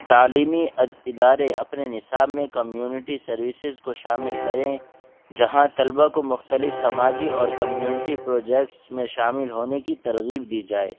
تعلیمی ادارے اپنے نصاب میں کمیونٹی سروسز کو شامل کریں جہاں طلبا کو مختلف سماجی اور کمیونٹی پروجیکٹس میں شامل ہونے کی ترغیب دی جائے